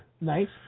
Nice